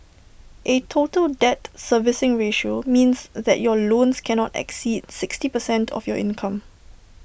A total debt servicing ratio means that your loans cannot exceed sixty percent of your income